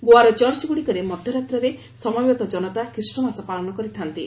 ଗୋଆର ଚର୍ଚ୍ଚଗୁଡ଼ିକରେ ମଧ୍ୟ ରାତ୍ରିରେ ସମବେତ ଜନତା ଖ୍ରୀଷ୍ଟମାସ ପାଳନ କରିଥାନ୍ତି